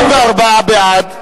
44 בעד,